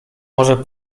może